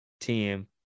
team